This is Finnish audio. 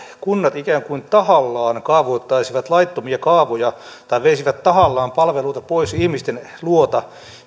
kunnat ikään kuin tahallaan kaavoittaisivat laittomia kaavoja tai veisivät tahallaan palveluita pois ihmisten luota